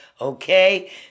okay